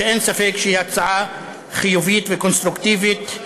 שאין ספק שהיא הצעה חיובית וקונסטרוקטיבית,